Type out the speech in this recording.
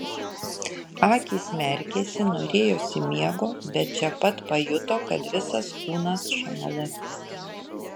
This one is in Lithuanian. akys merkėsi norėjosi miego bet čia pat pajuto kad visas kūnas šąla